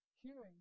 hearing